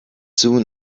soon